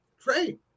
great